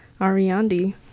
Ariandi